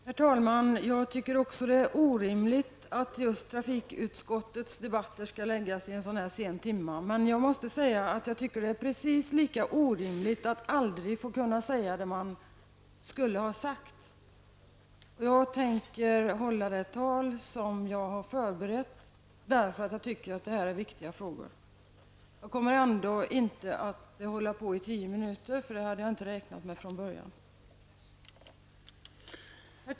Herr talman! Jag tycker också att det är orimligt att just trafikutskottets debatter skall förläggas till en så sen timme. Men jag måste säga att jag tycker att det är precis lika orimligt att aldrig få säga det som man skulle ha sagt. Jag tänker därför hålla det anförande som jag har förberett, eftersom jag tycker att detta är viktiga frågor. Jag kommer emellertid inte att tala i de tio minuter som jag har anmält. Herr talman!